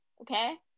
okay